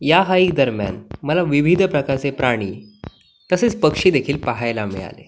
या हाईक दरम्यान मला विविध प्रकारचे प्राणी तसेच पक्षी देखील पाहायला मिळाले